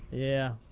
yeah.